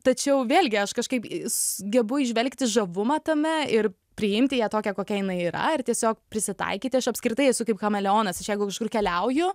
tačiau vėlgi aš kažkaip gebu įžvelgti žavumą tame ir priimti ją tokią kokia jinai yra ir tiesiog prisitaikyti aš apskritai esu kaip chameleonas aš jeigu kažkur keliauju